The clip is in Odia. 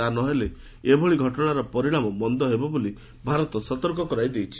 ତା' ନ କଲେ ଏଭଳି ଘଟଣାର ପରିଣାମ ମନ୍ଦ ହେବ ବୋଲି ଭାରତ ସତର୍କ କରାଇ ଦେଇଛି